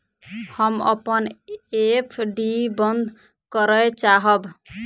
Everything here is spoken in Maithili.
हम अपन एफ.डी बंद करय चाहब